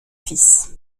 fils